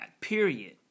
period